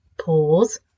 Pause